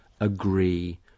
agree